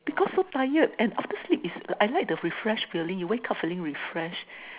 because so tired and after sleep is I like the refreshed feeling you wake up feeling refreshed